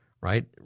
right